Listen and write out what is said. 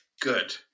Good